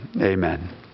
amen